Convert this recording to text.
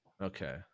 Okay